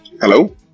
Hello